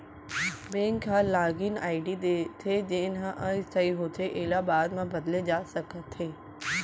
bank ह login ID देथे जेन ह अस्थाई होथे एला बाद म बदले जा सकत हे